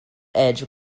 edge